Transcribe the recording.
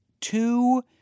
two